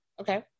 Okay